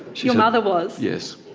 your mother was? yes,